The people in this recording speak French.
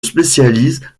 spécialise